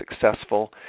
successful